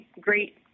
great